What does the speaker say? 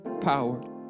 power